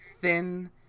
thin